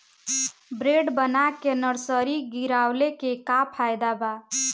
Bed बना के nursery गिरवले के का फायदा बा?